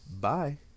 bye